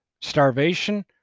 starvation